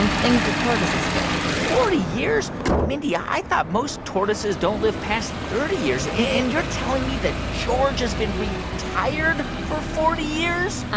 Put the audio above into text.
um things that tortoises do forty years? mindy, i thought most tortoises don't live past thirty years. and you're telling me that george has been retired for forty years?